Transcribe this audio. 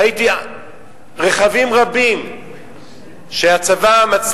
ראיתי רכבים רבים שהצבא,